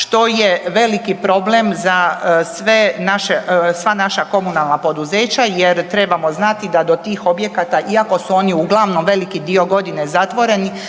što je veliki problem za sve naše, sva naša komunalna poduzeća jer trebamo znati da do tih objekata iako su oni uglavnom veliki dio godine zatvoreni